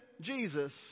Jesus